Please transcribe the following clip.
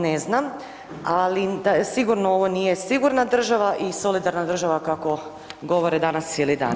Ne znam, ali sigurno ovo nije sigurna država i solidarna država kako govore danas cijeli dan.